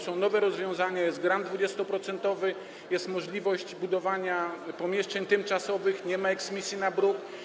Są nowe rozwiązania, jest grant 20-procentowy, jest możliwość budowania pomieszczeń tymczasowych, nie ma eksmisji na bruk.